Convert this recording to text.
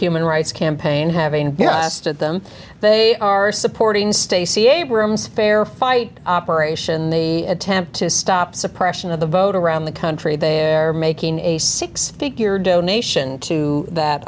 human rights campaign having asked at them they are supporting stacy abrams fair fight operate in the attempt to stop suppression of the vote around the country they're making a six figure donation to that